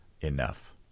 enough